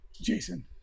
Jason